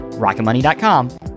rocketmoney.com